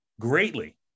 greatly